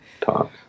talk